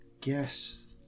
guess